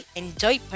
enjoy